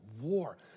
war